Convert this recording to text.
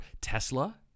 Tesla